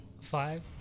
Five